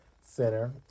Center